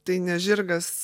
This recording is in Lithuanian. tai ne žirgas